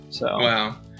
Wow